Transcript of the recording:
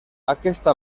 aquesta